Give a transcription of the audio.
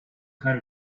kind